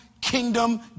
kingdom